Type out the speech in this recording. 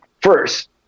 First